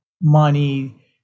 money